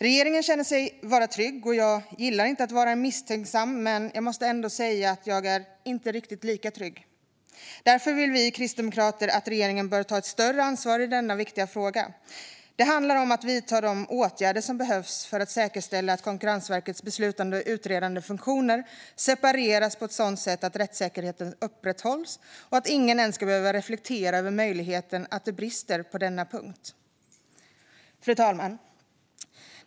Regeringen säger sig vara trygg. Jag gillar inte att vara misstänksam, men jag måste ändå säga att jag inte är riktigt lika trygg. Därför anser vi kristdemokrater att regeringen bör ta ett större ansvar i denna viktiga fråga. Det handlar om att vidta de åtgärder som behövs för att säkerställa att Konkurrensverkets beslutande och utredande funktioner separeras på ett sådant sätt att rättssäkerheten upprätthålls. Ingen ska ens behöva reflektera över möjligheten att det brister på denna punkt. Fru talman!